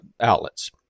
outlets